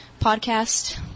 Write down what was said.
podcast